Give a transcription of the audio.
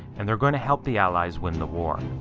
and they're going to help the allies win the war.